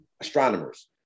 astronomers